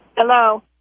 Hello